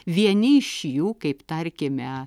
vieni iš jų kaip tarkime